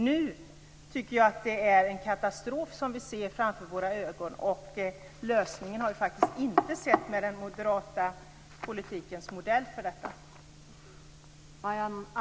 Nu tycker jag att det är en katastrof som vi ser framför våra ögon, och lösningen har vi faktiskt inte sett med den moderata politikens modell för detta.